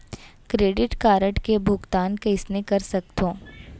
Credit card के भुगतान कईसने कर सकथो?